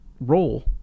role